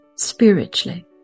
Spiritually